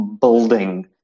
building